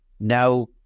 Now